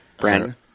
Brandon